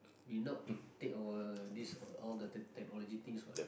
we not take our this all the tech~ technology things what